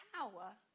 power